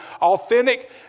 Authentic